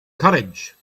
courage